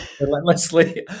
relentlessly